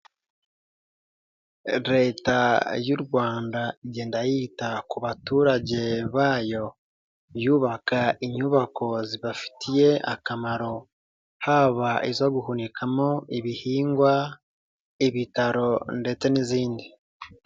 Leta y'u Rwanda igenda yita ku baturage bayo yubaka inyubako zibafitiye akamaro haba izo guhunikamo ibihingwa, ibitaro ndetse n'izindi.